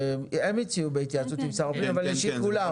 הם הציעו בהתייעצות עם שרת הפנים אבל זה לשיקולם.